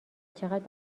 چقد